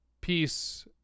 peace